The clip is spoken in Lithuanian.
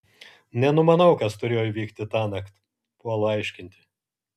nenumanau kas turėjo įvykti tąnakt puolu aiškinti